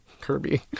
Kirby